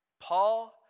Paul